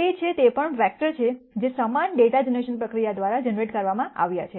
તે છે તે પણ વેક્ટર છે જે સમાન ડેટા જનરેશન પ્રક્રિયા દ્વારા જનરેટ કરવામાં આવ્યાં છે